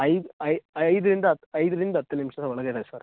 ಐದು ಐದರಿಂದ ಹತ್ತು ಐದರಿಂದ ಹತ್ತು ನಿಮಿಷ ಒಳಗಡೆ ಸರ್